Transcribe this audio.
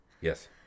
Yes